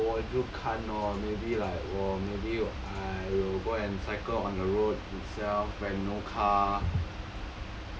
err 我就看哦 maybe like 我 maybe I will go and cycle on the road itself when no car